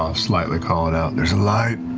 ah slightly call it out. there's a light.